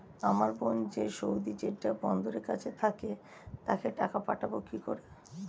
আমার বোন যে সৌদির জেড্ডা বন্দরের কাছে থাকে তাকে টাকা পাঠাবো কি করে?